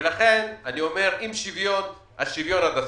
לכן, אני אומר שאם שוויון, אז שוויון עד הסוף.